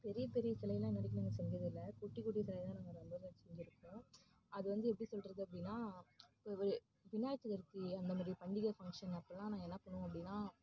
பெரிய பெரிய சிலைலான் இன்ன வரைக்கும் நாங்கள் செஞ்சதில்லை குட்டி குட்டி சிலை தான் நாங்கள் ரொம்பவே செஞ்சுருக்கோம் அது வந்து எப்படி சொல்கிறது அப்படினா ஒரு விநாயகர் சதுர்த்தி அந்தமாரி பண்டிகை ஃபங்ஷன் அப்போலான் நாங்கள் என்ன பண்ணுவோம் அப்படினா